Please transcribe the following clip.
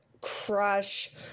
crush